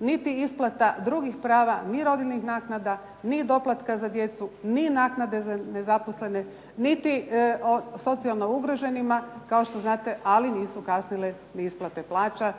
niti isplata drugih prava, ni rodiljnih naknada, ni doplatka za djecu, ni naknade za nezaposlene, niti socijalno ugroženima, kao što znate, ali nisu kasnile ni isplate plaća